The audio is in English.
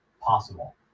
possible